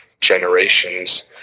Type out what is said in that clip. generations